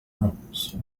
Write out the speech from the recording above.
rooms